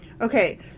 Okay